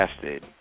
casted